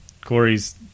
Corey's